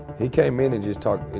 he came in and just talked, he